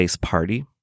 party